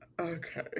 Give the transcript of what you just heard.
okay